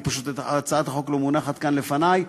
הצעת החוק לא מונחת כאן לפני,